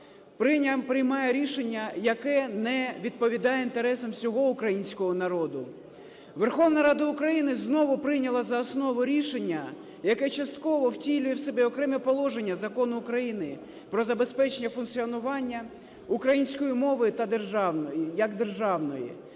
приймає рішення, яке не відповідає інтересам всього українського народу. Верховна Рада України знову прийняла за основу рішення, яке частково втілює в себе окремі положення Закону України "Про забезпечення функціонування української мови як державної",